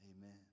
Amen